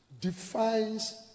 defines